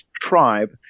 tribe